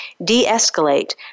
Deescalate